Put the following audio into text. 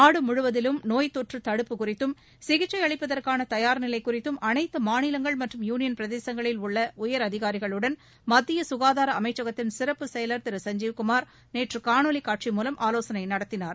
நாடு முழுவதிலும் நோய்த்தொற்று தடுப்பு குறித்தும் சிகிச்சை அளிப்பதற்கான தயார் நிலை குறித்தும் அனைத்து மாநிலங்கள் மற்றும் யுனியள் பிரதேசங்களில் உள்ள உயரதிகாரிகளுடன் மத்திய சுகாதார அமைச்சகத்தின் சிறப்பு செயல் திரு சஞ்ஜீவ் குமார் நேற்று காணொலி காட்சி மூலம் ஆலோசனை நடத்தினார்